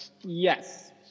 Yes